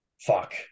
fuck